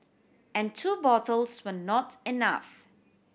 and two bottles were not enough